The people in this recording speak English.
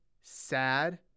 sad